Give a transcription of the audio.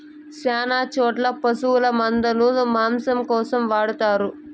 శ్యాన చోట్ల పశుల మందను మాంసం కోసం వాడతారు